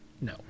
No